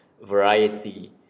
variety